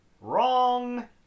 Wrong